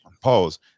pause